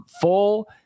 full